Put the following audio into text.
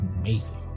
amazing